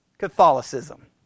Catholicism